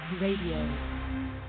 Radio